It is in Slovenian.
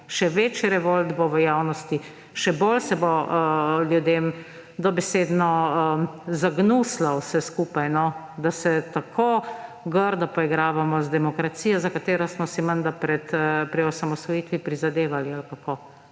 Še večji revolt bo v javnosti, še bolj se bo ljudem dobesedno zagnusilo vse skupaj, da se tako grdo poigravamo z demokracijo, za katero smo si menda pri osamosvojitvi prizadevali, ali kako.